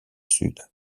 sud